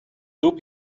two